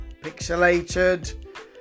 pixelated